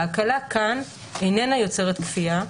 ההקלה כאן איננה יוצרת כפייה.